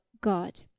God